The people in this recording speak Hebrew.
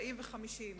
40 ו-50.